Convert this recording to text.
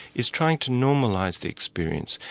is trying to normalise the experience.